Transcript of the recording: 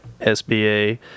SBA